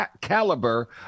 caliber